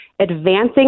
advancing